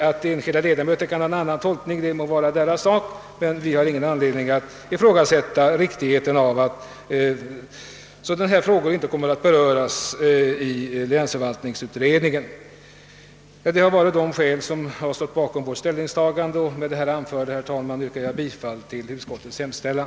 Att enskilda ledamöter har en annan tolkning må vara deras ensak; vi har ingen anledning att ifrågasätta riktigheten av upplysningen att sådana här frågor inte kommer att beröras av länsförvaltningsutredningen. Det är dessa skäl som ligger bakom vårt ställningstagande, och med det anförda, herr talman, ber jag att få yrka bifall till utskottets hemställan.